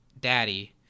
daddy